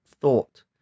thought